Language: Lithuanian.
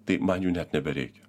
tai man jų net nebereikia